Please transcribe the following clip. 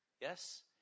Yes